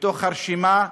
מתוך הרשימה,